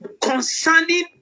concerning